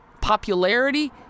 popularity